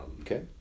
Okay